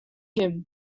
him